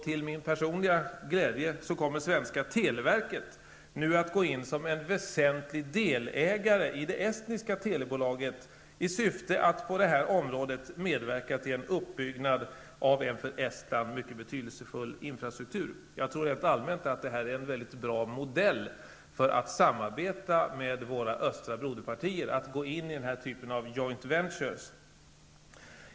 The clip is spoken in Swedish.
Till min personliga glädje kommer svenska televerket nu att gå in som en väsentlig delägare i det estniska telebolaget i syfte att på detta område medverka till en uppbyggnad av en för Estland betydelsefull infrastruktur. Jag tror rent allmänt att det är en mycket bra modell för samarbete med våra östra grannländer att gå in i denna typ av joint ventures.